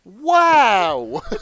Wow